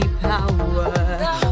power